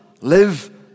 Live